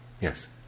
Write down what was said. Yes